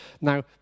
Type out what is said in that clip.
Now